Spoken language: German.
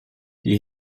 die